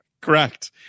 Correct